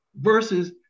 Versus